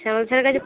শ্যামল স্যারের কাছে